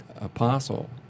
apostle